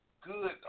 good